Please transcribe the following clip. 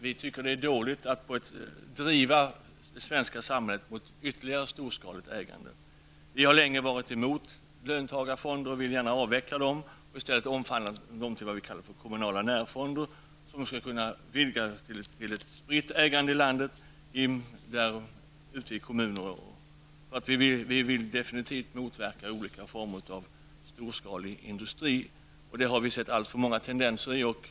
Vi tycker att det är dåligt att driva det svenska samhället mot ytterligare storskaligt ägande. Vi har länge varit emot löntagarfonder och vill gärna avveckla dem och i stället omvandla dem till vad vi kallar för kommunala närfonder, som skall kunna vidgas till ett spritt ägande i landet. Vi vill definitivt motverka olika former av storskalig industri, någon som vi har sett alltför många tendenser till.